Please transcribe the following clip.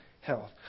health